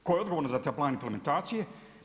Tko je odgovoran za taj plan implementacije?